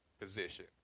position